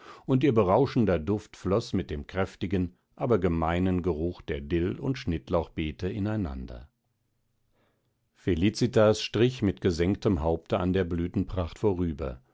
und ihr berauschender duft floß mit dem kräftigen aber gemeinen geruch der dill und schnittlauchbeete ineinander felicitas strich mit gesenktem haupte an der blütenpracht vorüber